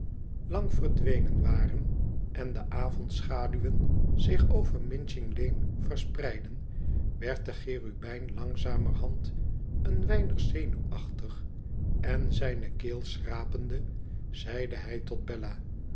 lang verdwenen waren en de avondschaduwen zich over mincing lane verspreidden werd de cherubijn langzamerhand een weinig zenuwachtig en zijne keel schrapende zeidehij tot bella